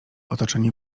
otoczeni